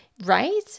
Right